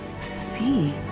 see